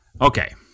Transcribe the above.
Okay